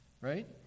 right